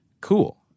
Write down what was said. cool